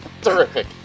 Terrific